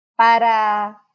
para